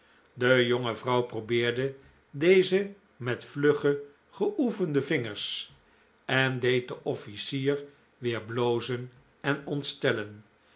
de jonge vrouw probeerde deze met vlugge geoefende vingers en deed den offlcier weer blozen en